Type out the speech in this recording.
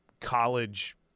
college